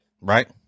right